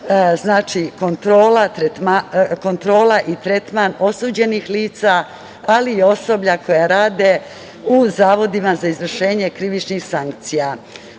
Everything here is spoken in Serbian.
tiče kontrole i tretmana osuđenih lica, ali i osoblja koja rade u zavodima za izvršenje krivičnih sankcija. Ono